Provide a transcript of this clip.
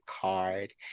card